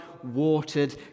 watered